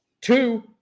two